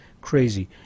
Crazy